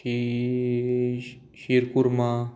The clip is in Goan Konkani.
खी शीरखुर्मा